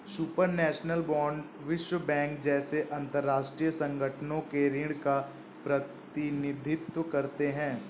supranational bond विश्व bank जैसे अंतरराष्ट्रीय संगठनों के ऋण का प्रतिनिधित्व करते हैं